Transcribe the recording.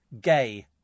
gay